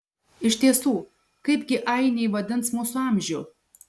iš tiesų kaipgi ainiai vadins mūsų amžių